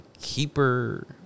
keeper